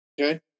Okay